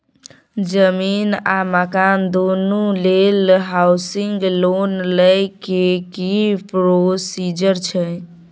जमीन आ मकान दुनू लेल हॉउसिंग लोन लै के की प्रोसीजर छै?